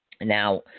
Now